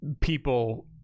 people